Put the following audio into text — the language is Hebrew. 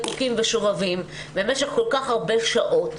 מתוקים ושובבים במשך כל כך הרבה שעות,